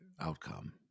outcome